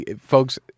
folks